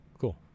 cool